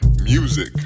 music